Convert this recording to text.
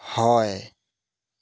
হয়